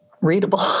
readable